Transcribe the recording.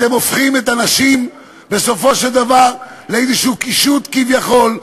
אתם הופכים את הנשים בסופו של דבר לאיזה קישוט כביכול,